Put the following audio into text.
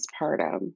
postpartum